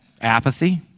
Apathy